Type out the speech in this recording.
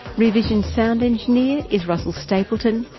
rear vision's sound engineer is russell stapleton.